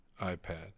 iPad